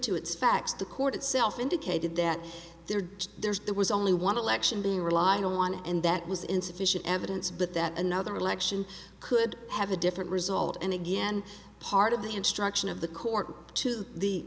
to its facts the court itself indicated that there there's there was only want to lection be relying on and that was insufficient evidence but that another election could have a different result and again part of the instruction of the court to the